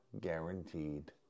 guaranteed